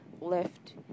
left